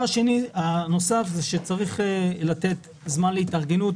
צריך לתת זמן להתארגנות.